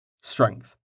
strength